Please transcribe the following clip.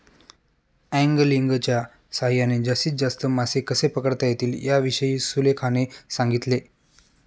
अँगलिंगच्या सहाय्याने जास्तीत जास्त मासे कसे पकडता येतील याविषयी सुलेखाने सांगितले